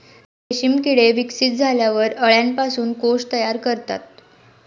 रेशीम किडे विकसित झाल्यावर अळ्यांपासून कोश तयार करतात